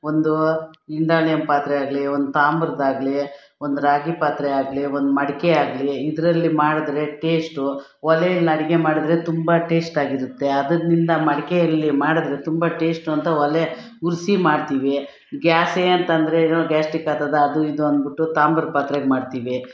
ಒಂದು ಇಂಡಾಲಿಯಂ ಪಾತ್ರೆ ಆಗಲಿ ಒಂದು ತಾಮ್ರದಾಗಲಿ ಒಂದು ರಾಗಿ ಪಾತ್ರೆ ಆಗಲಿ ಒಂದು ಮಡಕೆ ಆಗಲಿ ಇದರಲ್ಲಿ ಮಾಡಿದ್ರೆ ಟೇಸ್ಟು ಒಲೆಯಲ್ಲಿ ಅಡಿಗೆ ಮಾಡಿದ್ರೆ ತುಂಬ ಟೇಸ್ಟಾಗಿರುತ್ತೆ ಅದ್ರಿನಿಂದ ಮಡ್ಕೆಯಲ್ಲಿ ಮಾಡಿದ್ರೆ ತುಂಬ ಟೇಸ್ಟು ಅಂತ ಓಲೆ ಉರಿಸಿ ಮಾಡ್ತೀವಿ ಗ್ಯಾಸೇ ಅಂತ ಅಂದರೇನು ಗ್ಯಾಸ್ಟ್ರಿಕ್ ಆತದೆ ಅದು ಇದು ಅನ್ಬುಟ್ಟು ತಾಮ್ರದ ಪಾತ್ರೆಯಾಗ ಮಾಡ್ತೀವಿ